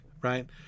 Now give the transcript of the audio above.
right